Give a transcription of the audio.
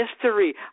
history